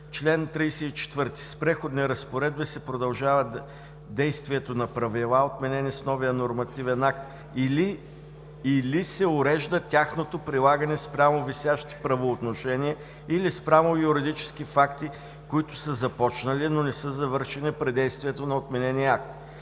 „Чл. 34: С преходни разпоредби се продължава действието на правила, отменени с новия нормативен акт, или се урежда тяхното прилагане спрямо висящи правоотношения или спрямо юридически факти, които са започнали, но не са завършени при действието на отменения акт.